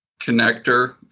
connector